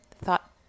thought